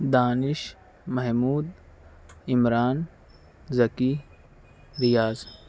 Danish Mahmood Imran Zakki Riyadh